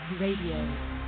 Radio